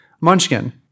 munchkin